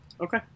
Okay